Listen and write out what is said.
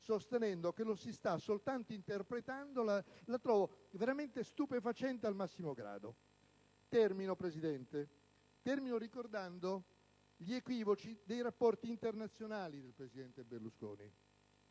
sostenendo che lo si sta soltanto interpretando, la trovo davvero stupefacente al massimo grado. Termino il mio intervento ricordando gli equivoci dei rapporti internazionali del presidente Berlusconi.